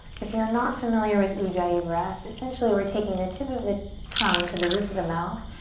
if you're not familiar with ujjayi breath, essentially we're taking the tip of the tongue to the roof of the mouth,